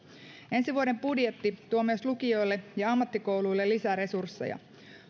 ensi vuoden budjetti tuo myös lukioille ja ammattikouluille lisäresursseja